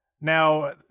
now